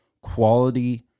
quality